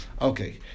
Okay